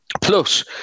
Plus